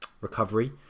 recovery